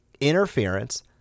interference